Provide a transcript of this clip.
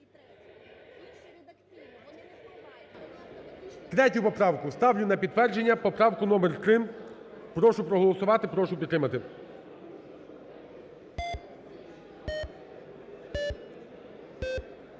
3-ю поправку ставлю на підтвердження, поправку номер 3. Прошу проголосувати. Прошу підтримати.